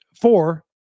four